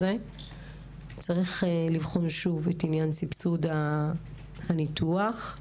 צריך לבחון את סבסוד הניתוח.